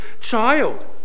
child